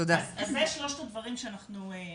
אז זה שלושת הדברים שאנחנו מבקשים.